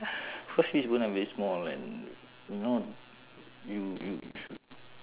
cause fish bone are very small [one] you know you you should